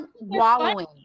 wallowing